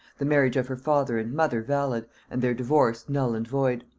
the marriage of her father and mother valid, and their divorce null and void.